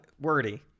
wordy